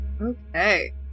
Okay